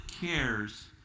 cares